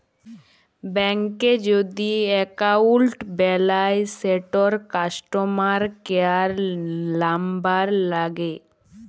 ব্যাংকে যদি এক্কাউল্ট বেলায় সেটর কাস্টমার কেয়ার লামবার ল্যাগে